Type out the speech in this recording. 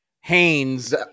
haynes